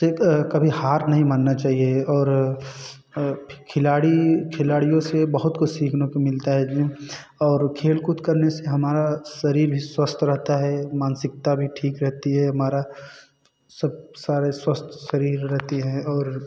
से कभी हार नहीं मानना चाहिए और खिलाड़ी खिलाड़ियों से बहुत कुछ सीखने को मिलता है दिन और खेल कूद करने से हमारा शरीर भी स्वस्थ रहता है मानसिकता भी ठीक रहती है हमारा सब सारे स्वस्थ शरीर रहती है और